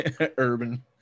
Urban